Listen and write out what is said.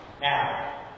now